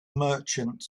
merchant